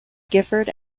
gifford